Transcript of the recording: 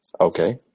Okay